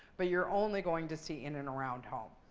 but you're only going to see in and around home.